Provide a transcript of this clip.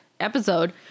episode